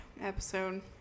episode